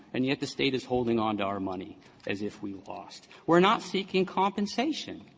and yet the state is holding on to our money as if we lost. we're not seeking compensation.